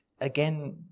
again